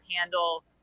handle –